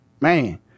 Man